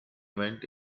event